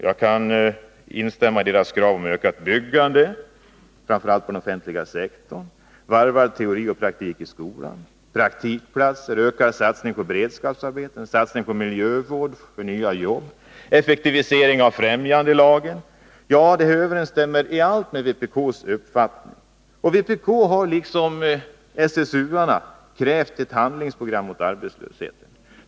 Jag kan instämma i deras krav på ökat byggande, framför allt inom den offentliga sektorn, varvad teori och praktik i skolan, praktikplatser, ökad satsning på beredskapsarbeten, satsning på miljövård för nya jobb och effektivisering av främjandelagen. Detta överensstämmer i allt med vpk:s uppfattning. Och vpk har liksom SSU-arna krävt ett handlingsprogram mot arbetslösheten.